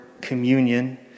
communion